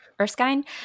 Erskine